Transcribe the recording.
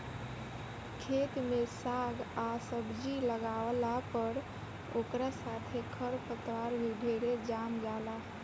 खेत में साग आ सब्जी लागावला पर ओकरा साथे खर पतवार भी ढेरे जाम जाला